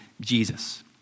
Jesus